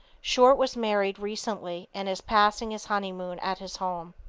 short was married recently and is passing his honeymoon at his home.